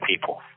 people